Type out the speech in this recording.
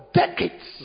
decades